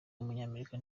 w’umunyamerika